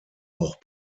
auch